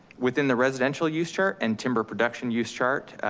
within the residential use chart and timber production use chart,